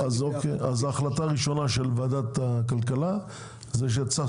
ההחלטה הראשונה של ועדת הכלכלה היא שצריך